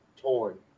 torn